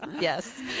yes